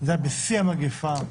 זה היה בשיא המגפה,